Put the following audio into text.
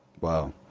Wow